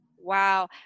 wow